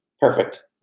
Perfect